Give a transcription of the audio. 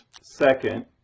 second